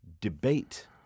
debate